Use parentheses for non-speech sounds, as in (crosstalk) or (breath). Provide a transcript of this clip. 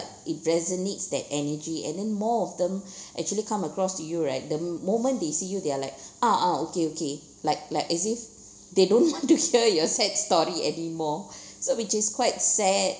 it resonates that energy and then more of them (breath) actually come across to you right the moment they see you they're like (breath) ah ah okay okay like like as if they don't want to hear your sad story anymore so which is quite sad